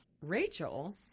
Rachel